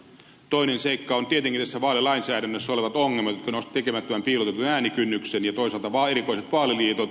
toinen seikka on tietenkin tässä vaalilainsäädännössä olevat ongelmat jotka tekevät tämän piilotetun äänikynnyksen ja toisaalta erikoiset vaaliliitot